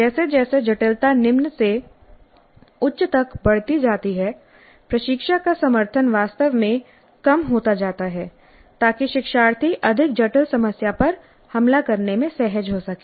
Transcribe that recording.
जैसे जैसे जटिलता निम्न से उच्च तक बढ़ती जाती है प्रशिक्षक का समर्थन वास्तव में कम होता जाता है ताकि शिक्षार्थी अधिक जटिल समस्या पर हमला करने में सहज हो सकें